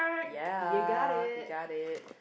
ya you got it